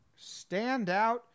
standout